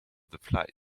the